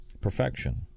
perfection